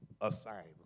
assignment